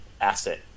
asset